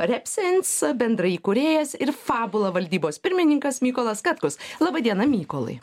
reapsins bendraįkūrėjas ir fabula valdybos pirmininkas mykolas katkus laba diena mykolai